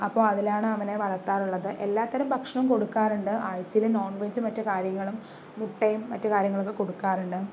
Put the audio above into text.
അപ്പോൾ അതിലാണ് അവനെ വളർത്താറുള്ളത് എല്ലാത്തരം ഭക്ഷണവും കൊടുക്കാറുണ്ട് ആഴ്ചയിൽ നോൺവെജും മറ്റ് കാര്യങ്ങളും മുട്ടയും മറ്റ് കാര്യങ്ങളും ഒക്കെ കൊടുക്കാറുണ്ട്